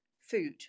food